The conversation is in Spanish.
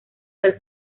del